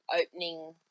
opening